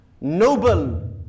noble